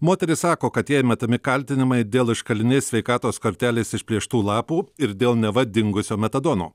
moteris sako kad jai metami kaltinimai dėl iš kalinės sveikatos kortelės išplėštų lapų ir dėl neva dingusio metadono